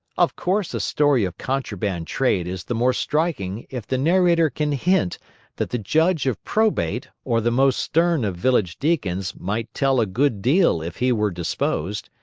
of course a story of contraband trade is the more striking if the narrator can hint that the judge of probate or the most stern of village deacons might tell a good deal if he were disposed,